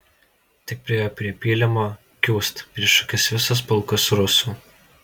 tik priėjo prie pylimo kiūst prieš akis visas pulkas rusų